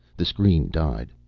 the screen died.